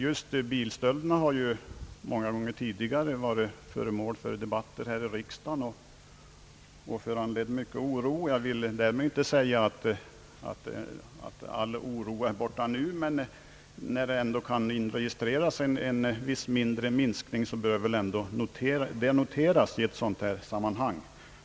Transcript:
Just bilstölderna har ju många gånger tidigare varit föremål för debatter här i riksdagen och föranlett mycken oro. Jag vill därmed inte säga, att all oro nu är borta, men när det ändå kan inregistreras en viss liten minskning bör det väl noteras i ett sådant här sammanhang.